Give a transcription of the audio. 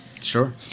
sure